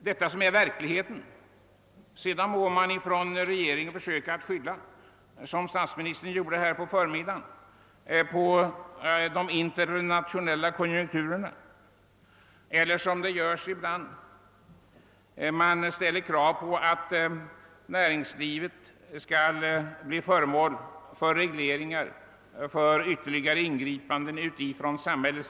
Detta är verkligheten, som man från regeringens sida försöker skyla över, såsom t.ex. statsministern gjorde på förmiddagen när det gällde de internationella konjunkturerna eller som sker när man ställer en del krav på att näringslivet skall bli föremål för regleringar och ytterligare ingripanden från samhället.